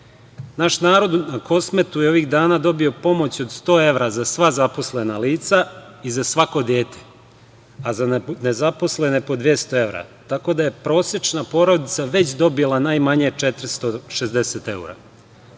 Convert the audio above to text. narod na Kosmetu je ovih dana dobio pomoć od 100 evra za sva zaposlena lica i za svako dete, a za nezaposlene po 200 evra, tako da je prosečna porodica već dobila najmanje 460 evra.